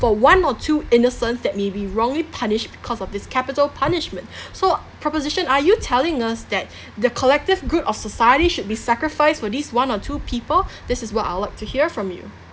for one or two innocents that may be wrongly punished because of this capital punishment so proposition are you telling us that the collective group of society should be sacrifice for this one or two people this is what I would like to hear from you